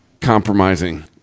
compromising